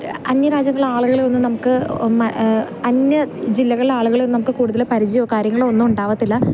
അന്യ രാജ്യങ്ങളിലെ ആളുകളെ ഒന്നും നമുക്ക് അന്യ ജില്ലകളിലെ ആളുകളെയൊന്നും നമുക്ക് കൂടുതൽ പരിചയമോ കാര്യങ്ങളോ ഒന്നും ഉണ്ടാവത്തില്ല